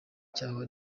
cyaho